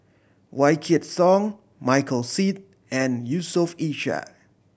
Wykidd Song Michael Seet and Yusof Ishak